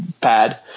pad